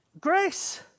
Grace